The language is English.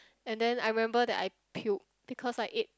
and then I remember that I puked because I ate